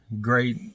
Great